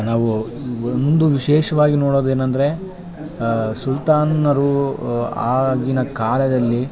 ನಾವು ಈ ಒಂದು ವಿಶೇಷವಾಗಿ ನೋಡೋದು ಏನಂದರೆ ಸುಲ್ತಾನ್ನರೂ ಆಗಿನ ಕಾಲದಲ್ಲಿ